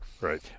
Right